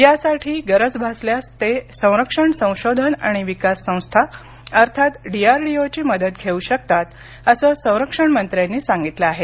यासाठी गरज भासल्यास ते संरक्षण संशोधन आणि विकास संस्था अर्थात डीआरडीओ ची मदत घेऊ शकतात असं संरक्षण मंत्र्यांनी सांगितलं आहे